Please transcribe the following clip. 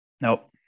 Nope